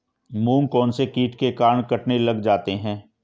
मूंग कौनसे कीट के कारण कटने लग जाते हैं?